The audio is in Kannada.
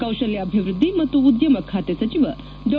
ಕೌಶಲ್ಯಾಭಿವೃದ್ಧಿ ಮತ್ತು ಉದ್ದಮ ಖಾತೆ ಸಚಿವ ಡಾ